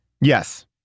Yes